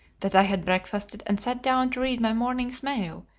that i had breakfasted and sat down to read my morning's mail,